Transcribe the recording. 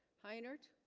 hi nert